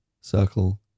circle